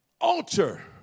Altar